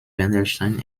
wendelstein